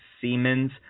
Siemens